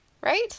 right